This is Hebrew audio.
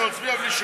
אני מצביע.